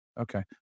Okay